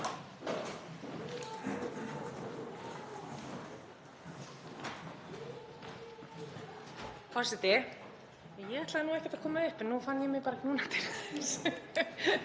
Forseti. Ég ætlaði ekkert að koma upp en núna fann ég mig bara knúna til þess.